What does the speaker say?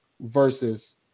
versus